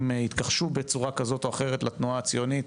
התכחשו בצורה כזאת או אחרת לתנועה הציונית,